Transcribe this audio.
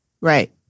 Right